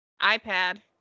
iPad